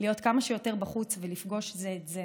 להיות כמה שיותר בחוץ ולפגוש זה את זה.